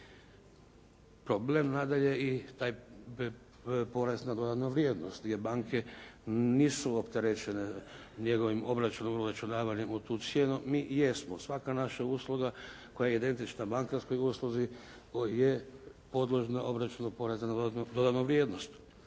Problem nadalje i taj porez na dodanu vrijednost, jer banke nisu opterećene njegovim obračunom, obračunavanjem u tu cijenu. Mi jesmo. Svaka naša usluga koja je identična bankarskoj usluzi je podložna obračunu poreza na dodanu vrijednost.